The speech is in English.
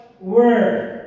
Word